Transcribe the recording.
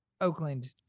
Oakland